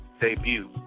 Debut